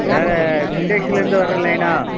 வேறு சிண்டேக்ஸ்லேருந்து வர லைனா